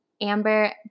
amber